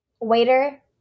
waiter